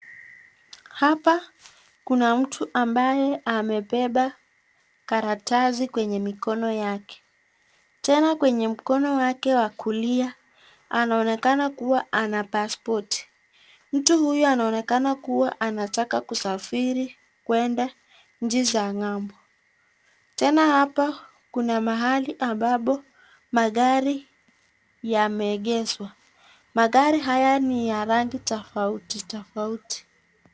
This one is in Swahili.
Hapa kuna mtu ambaye amepepa karatasi kwenye mkono yake tena kwenye mkono wake wa kulia anaonekana kuwa ana passpoti, mtu huyu anaonekana kuwa anataka kusafiri kuenda chini za ngambo tena hapa kuna mahali ambapo magari yamehekeswa, magari haya ni ya rangi tafauti tafauti.